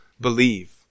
believe